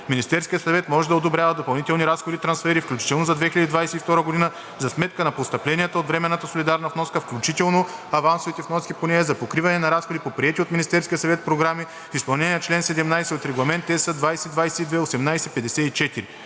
Министерският съвет може да одобрява допълнителни разходи/трансфери, включително за 2022 г., за сметка на постъпленията от временната солидарна вноска, включително авансовите вноски по нея за покриване на разходи по приети от Министерския съвет програми в изпълнение на член 17 от Регламент (ЕС) 2022/1854.